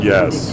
Yes